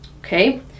okay